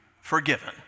forgiven